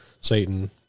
satan